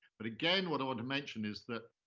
but again, what i want to mention is that,